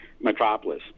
Metropolis